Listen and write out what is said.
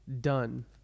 done